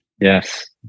yes